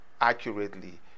accurately